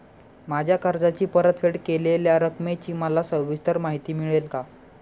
माझ्या कर्जाची परतफेड केलेल्या रकमेची मला सविस्तर माहिती मिळेल का?